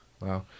Wow